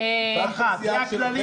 אין לך פה סיעה.